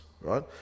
right